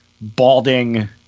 balding